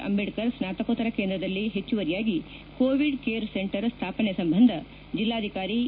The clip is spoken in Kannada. ಅಂಬೇಡ್ಕರ್ ಸ್ನಾತಕೋತ್ತರ ಕೇಂದ್ರದಲ್ಲಿ ಹೆಚ್ಚುವರಿಯಾಗಿ ಕೋವಿಡ್ ಕೇರ್ ಸೆಂಟರ್ ಸ್ವಾಪನೆ ಸಂಬಂಧ ಜಿಲ್ಲಾಧಿಕಾರಿ ಡಾ